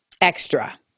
extra